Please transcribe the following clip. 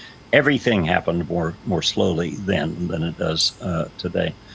everything happened more more slowly than than it does today,